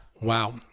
Wow